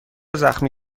زخمی